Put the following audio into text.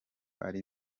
ari